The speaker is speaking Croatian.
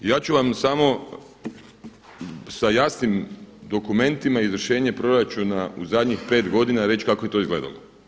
Ja ću vam samo sa jasnim dokumentima izvršenje proračuna u zadnjih 5 godina reći kako je to izgledalo.